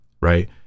Right